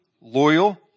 loyal